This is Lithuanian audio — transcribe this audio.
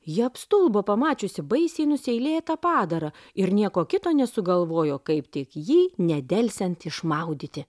ji apstulbo pamačiusi baisiai nuseilėta padarą ir nieko kito nesugalvojo kaip tik jį nedelsiant išmaudyti